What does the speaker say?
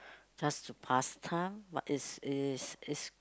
just to pass time but it's it's it's